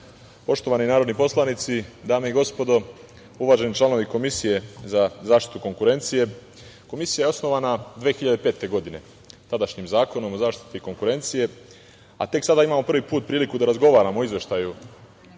narodni poslanici, dame i gospodo, uvaženi članovi Komisije za zaštitu konkurencije, Komisija je osnovana 2005. godine tadašnjim Zakonom o zaštiti konkurencije, a tek sada imamo priliku prvi put da razgovaramo o Izveštaju